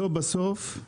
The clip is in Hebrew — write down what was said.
ובסוף